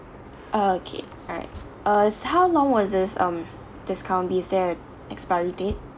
okay all right uh how long will this um discount be is there a expiry date